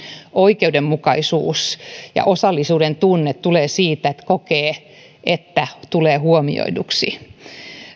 oikeudenmukaisuus ja osallisuuden tunne tulevat siitä että kokee että tulee huomioiduksi